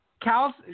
Cal's